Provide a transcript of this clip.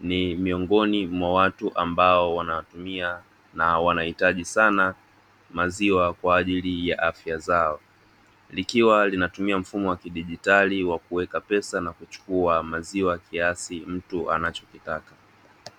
ni miongoni mwa watu ambao wanayatumia na wanayahitaji sana maziwa kwa ajili ya afya zao. Likiwa linatumia mfumo wa kidigitali wa kuweka pesa na kuchukua maziwa kiasi mtu anachokitaka.